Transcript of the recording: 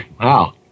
Wow